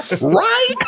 Right